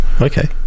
Okay